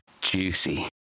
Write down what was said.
juicy